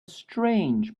strange